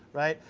right?